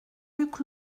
luc